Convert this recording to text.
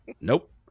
Nope